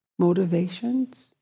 Motivations